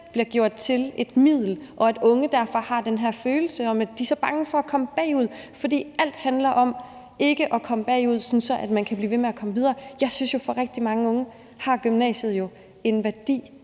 bliver gjort til et middel. Unge er derfor bange for at komme bagud, fordi alt handler om ikke at komme bagud, sådan at man kan blive ved med at komme videre. Jeg synes, at for rigtig mange unge har gymnasiet jo en værdi